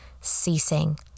ceasing